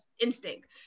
instinct